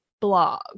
blog